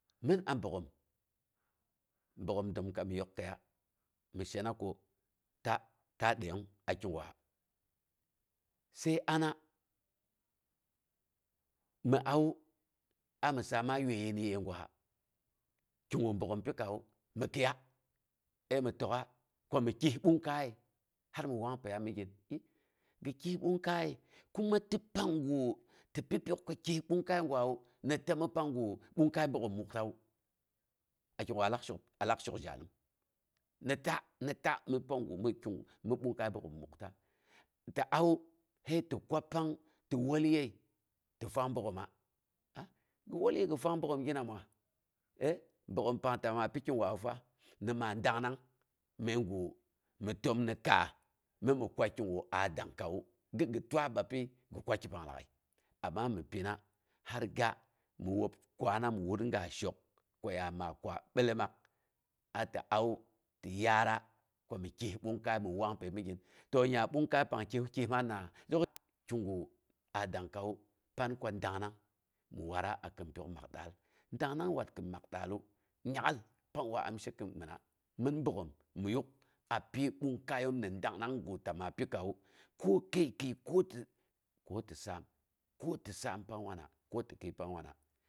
Mɨn a bogghom, bogghom dəm komi yok kəiya mi shena ko tata daiyong a kigwa, sai ana mi aaiwu, ami saama yuaaiyəi ni yeggwa, kigu bagghom pikawu mi kɨiyak ai mɨ təka kwa mɨ kyais ɓungkaiye har min wang wanpəiya migin, i gi kyiss ɓungkaiye, kuma ti panggu ti pi pyok ko kiss ɓungkai gwawu, nita mi panggu ɓungkai bogghom muktawu. A kiggwa ni kigu alak shok, alak shini zhalumu nita nita mu ɓungkai bogghom mukta. ti awu ti kwa pang ko ti wulyiiye ti fang bogghoma, aa gi wolyiiya gi fang bogghom gi namawa? Əi, bogghom pang tama pi kigwawu fa ni maa dangnang məiga mi təm ni kaas ni gi kwa kiga a dangkamu. Gi gi tuwa bapyi gi kwa kipang lag'ai amma mi pina har gi wob kwaana mi wuriga shok ko ya ma kwa billomaa. Aa ti awu, ti yaara komi kyiss ɓunkai min wankəi migain. To nya ɓungkai pang kyissa kyis manna? Zhe ko kigu a dankawu, pan ko dangnang mi wa'ana akin pyaa mak daal. Dangnang wat kin maa daallu, nyak'al panggwa am sheka, minna, min bogghon mi yuk apyi ɓungkaiyom gin dangnanggu tama pikawu, ko kəi kii ko ti saam ko ti saam pang wane ko ti kii pang wana.